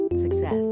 Success